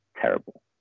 terrible